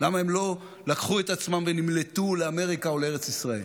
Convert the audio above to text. למה הם לא לקחו את עצמם ונמלטו לאמריקה או לארץ ישראל?